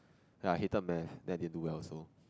ya I hated math then they do well also